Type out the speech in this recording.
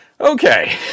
Okay